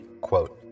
Quote